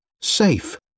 Safe